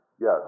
Yes